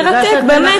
מרתק, באמת.